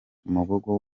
umugogo